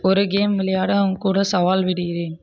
ஒரு கேம் விளையாட உன் கூட சவால் விடுகிறேன்